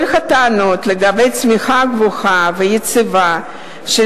כל הטענות לגבי צמיחה גבוהה ויציבה של